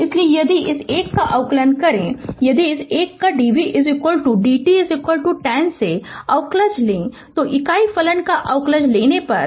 इसलिए यदि इस एक का अवकलज लें यदि इस एक d v का d t 10 से अवकलज लें तो इकाई फलन का अवकलज लेने पर यह Δ t 3 होगा